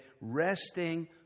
resting